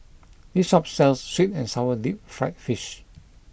this shop sells Sweet and Sour Deep Fried Fish